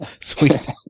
Sweet